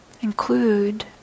include